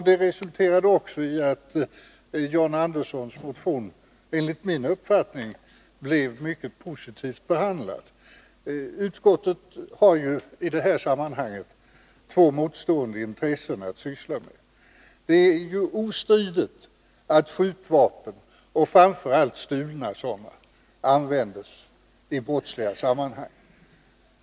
Det resulterade också i att John Anderssons motion enligt min uppfattning blev mycket positivt behandlad. Utskottet har ju i detta sammanhang två motstående intressen att ta hänsyn till. Det är ostridigt att skjutvapen och framför allt stulna sådana används i brottsliga sammanhang.